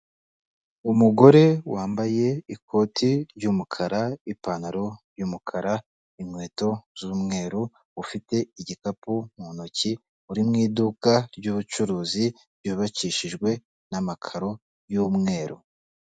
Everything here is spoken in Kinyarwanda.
Umugore wambaye ikoti ry'umukara ipantaro, y'umukara inkweto z'umweru, ufite igikapu mu ntoki uri mu iduka ryubucuruzi ryubakishijwe namakaro y'umweru.